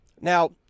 Now